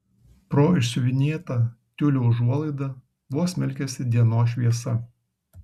pro išsiuvinėtą tiulio užuolaidą vos smelkėsi dienos šviesa